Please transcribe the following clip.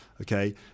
Okay